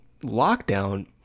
lockdown